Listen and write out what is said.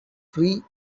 free